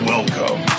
Welcome